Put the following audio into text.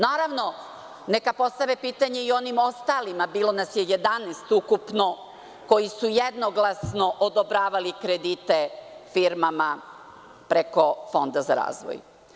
Naravno, neka postave pitanje i onim ostalima, bilo nas je ukupno 11, koji su jednoglasno odobravali kredite firmama preko Fonda za razvoj.